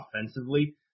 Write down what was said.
offensively